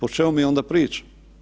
O čemu mi onda pričamo.